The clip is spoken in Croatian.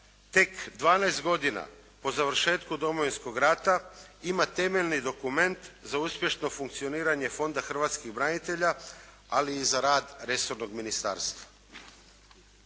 tek 12 godina po završetku Domovinskog rata, ima temeljni dokument za uspješno funkcioniranje Fonda hrvatskih branitelja ali i za rad resornog ministarstva.